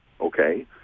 Okay